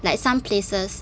like some places